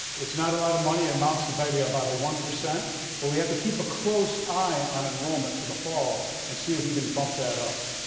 it's not a lot of money. it amounts to maybe about a one. but we have to keep a close eye on enrollment for the fall and see if we can bump that up.